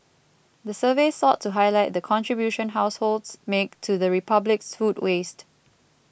the survey sought to highlight the contribution households make to the Republic's food waste